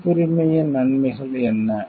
பதிப்புரிமையின் நன்மைகள் என்ன